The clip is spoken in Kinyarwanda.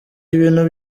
ibintu